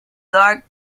dark